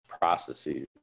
processes